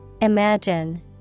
Imagine